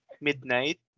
midnight